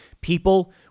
People